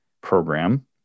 program